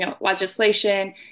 legislation